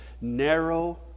narrow